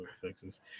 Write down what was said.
fixes